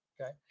Okay